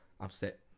upset